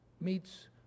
meets